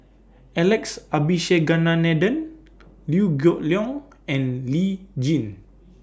Alex Abisheganaden Liew Geok Leong and Lee Tjin